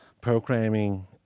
programming